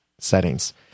settings